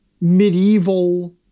medieval